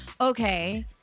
okay